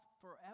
forever